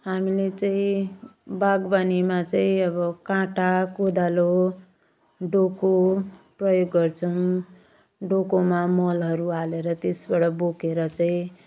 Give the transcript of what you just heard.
हामीले चाहिँ बागवानीमा चाहिँ अब काँटा कोदालो डोको प्रयोग गर्छौँ डोकोमा मलहरू हालेर त्यसबाट बोकेर चाहिँ